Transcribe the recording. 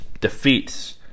defeats